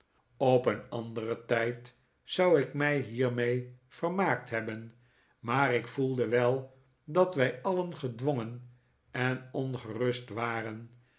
op een anderen tijd zou ik mij hiermee vermaakt hebben maar ik voelde wel dat wij alien gedwongen en ongerust waren